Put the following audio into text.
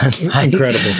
Incredible